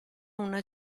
una